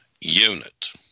unit